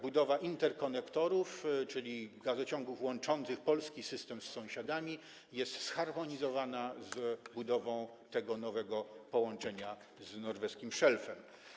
Budowa interkonektorów, czyli gazociągów łączących polski system z sąsiadami, jest zharmonizowana z budową tego nowego połączenia z norweskim szelfem.